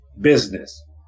business